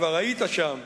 כבר היית שם,